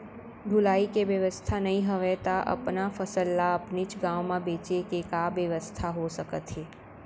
ढुलाई के बेवस्था नई हवय ता अपन फसल ला अपनेच गांव मा बेचे के का बेवस्था हो सकत हे?